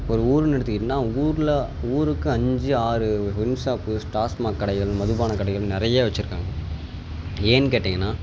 ஒரு ஊர்னு எடுத்துக்கிட்டிங்கன்னா ஊரில் ஊருக்கு அஞ்சு ஆறு ஒயின் ஷாப்பு டாஸ்மாக் கடைகள் மதுபானக் கடைகள் நிறைய வச்சிருக்காங்க ஏன்னு கேட்டீங்கன்னா